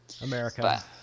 America